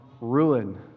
ruin